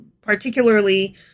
Particularly